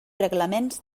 reglaments